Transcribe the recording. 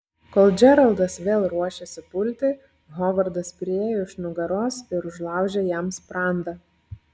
kol džeraldas vėl ruošėsi pulti hovardas priėjo iš nugaros ir užlaužė jam sprandą